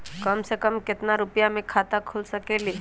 कम से कम केतना रुपया में खाता खुल सकेली?